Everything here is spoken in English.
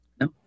no